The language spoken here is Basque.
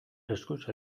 eskuz